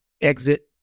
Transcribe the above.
exit